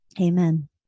amen